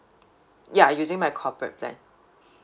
ya using my corporate plan